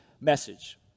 message